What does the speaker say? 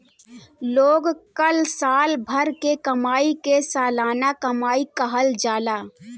लोग कअ साल भर के कमाई के सलाना कमाई कहल जाला